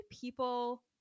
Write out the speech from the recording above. people